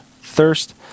thirst